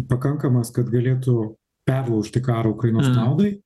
pakankamas kad galėtų perlaužti karą ukrainos naudai